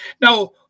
Now